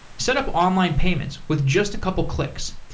set up online payments with just a couple of clicks.